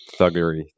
Thuggery